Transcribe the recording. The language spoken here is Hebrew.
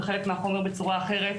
וחלק מהחומר בצורה אחרת.